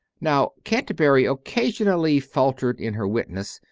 now canterbury occasionally faltered in her wit ness,